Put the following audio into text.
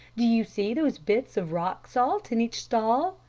do you see those bits of rock salt in each stall?